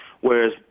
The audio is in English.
whereas